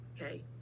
Okay